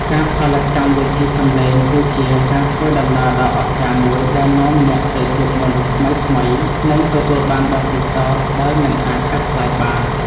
ការផលិតកម្មវិធីសំឡេងគឺជាការធ្វើដំណើរដ៏អស្ចារ្យមួយដែលនាំអ្នកទៅជួបមនុស្សថ្មីៗ និងទទួលបានបទពិសោធន៍ដែលមិនអាចកាត់ថ្លៃបាន។